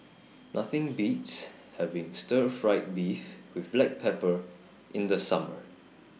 Nothing Beats having Stir Fried Beef with Black Pepper in The Summer